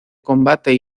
combate